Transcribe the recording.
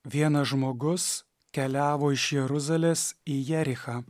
vienas žmogus keliavo iš jeruzalės į jerichą